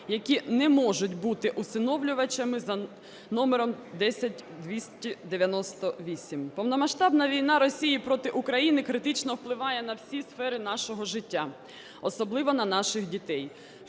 які не можуть бути усиновлювачами, за номером 10298. Повномасштабна війна Росії проти України критично впливає на всі сфери нашого життя, особливо на наших дітей.